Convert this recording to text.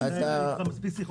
היו לי איתך מספיק שיחות.